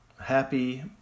Happy